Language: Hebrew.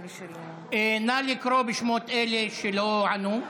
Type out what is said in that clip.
נא לקרוא בשמות אלה שלא ענו.